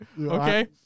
Okay